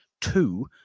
two